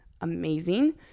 amazing